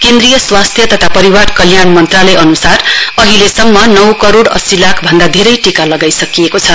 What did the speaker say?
केन्द्रीय स्वास्थ्य तथा परिवार कल्याण मन्त्रालय अनुसार अहिलेसम्म नौ करोड अस्सी लाख भन्दा धेरै टीका लगाइसकिएकोछ